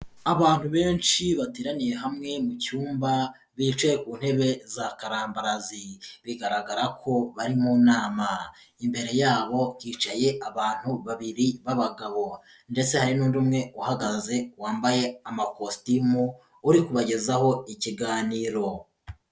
Abantu benshi bateraniye hamwe mu cyumba bicaye ku ntebe za karambarazi, bigaragara ko bari mu nama, imbere yabo hicaye abantu babiri b'abagabo ndetse hari n'undi umwe uhagaze wambaye amakositimu uri kubagezaho ikiganiro.